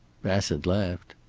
bassett laughed.